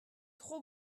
trop